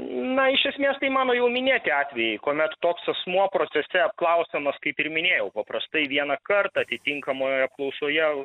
na iš esmės tai mano jau minėti atvejai kuomet toks asmuo procese apklausiamas kaip ir minėjau paprastai vienąkart atitinkamoj apklausoje